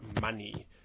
money